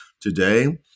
today